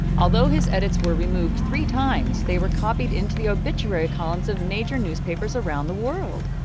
although his edits were removed three times they were copied into the obituary columns of major newspapers around the world.